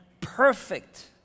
perfect